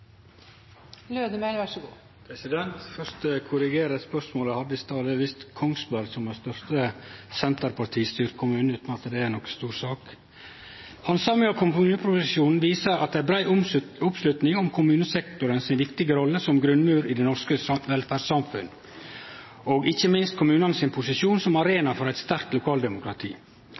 korrigere eit spørsmål eg hadde i stad. Det er visst Kongsberg som er den største senterpartistyrde kommunen, utan at det er noka stor sak. Handsaminga av kommuneproposisjonen viser at det er brei oppslutning om kommunesektoren si viktige rolle som grunnmur i det norske velferdssamfunnet, og ikkje minst om kommunane sin posisjon som arena for eit sterkt lokaldemokrati.